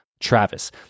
Travis